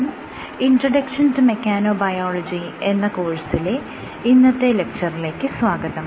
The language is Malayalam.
'ഇൻട്രൊഡക്ഷൻ ടു മെക്കാനോബയോളജി' എന്ന കോഴ്സിലെ ഇന്നത്തെ ലെക്ച്ചറിലേക്ക് സ്വാഗതം